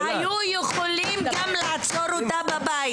הם היו יכולים גם לעצור אותה בבית.